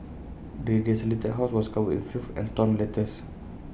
the desolated house was covered in filth and torn letters